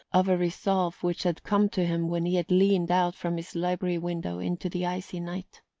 of a resolve which had come to him when he had leaned out from his library window into the icy night.